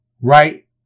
Right